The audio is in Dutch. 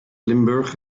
limburg